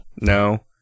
No